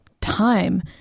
time